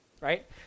right